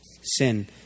sin